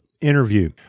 interview